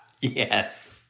Yes